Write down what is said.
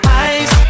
eyes